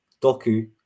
Doku